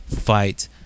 fight